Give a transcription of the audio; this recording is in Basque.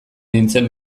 nintzen